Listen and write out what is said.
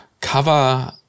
cover